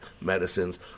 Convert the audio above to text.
medicines